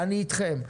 אני איתכם.